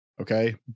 Okay